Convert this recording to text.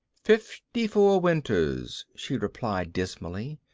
fifty-four winters, she replied dismally.